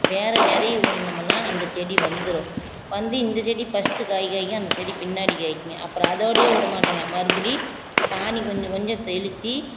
வேறு விதைய ஊனுனமுன்னால் அந்த செடி வந்துடும் வந்து இந்த செடி ஃபஸ்ட்டு காய் காய்க்கும் அந்த செடி பின்னாடி காய்க்கும்ங்க அப்புறம் அதோடுயே விடமாட்டோம்ங்க மறுபடி சாணி கொஞ்சம் கொஞ்சம் தெளித்து